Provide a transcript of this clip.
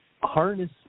Harness